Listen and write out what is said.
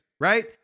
right